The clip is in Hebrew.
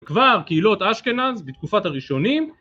כבר קהילות אשכנז בתקופת הראשונים